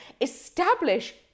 establish